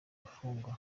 afungwa